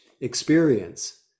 experience